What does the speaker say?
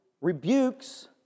rebukes